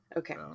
okay